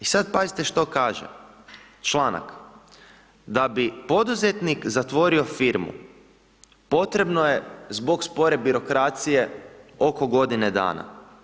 I sada pazite što kaže, članak, da bi poduzetnik zatvorio firmu, potrebno je, zbog spore birokracije, oko godine dana.